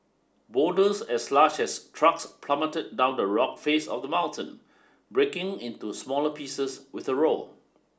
boulders as large as trucks plummeted down the rock face of the mountain breaking into smaller pieces with a roar